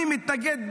אני מתנגד,